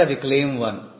కాబట్టి అది క్లెయిమ్ 1